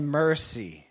mercy